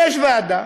יש ועדה,